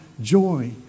joy